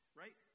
right